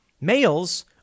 Males